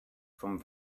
from